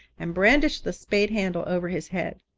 and brandished the spade handle over his head.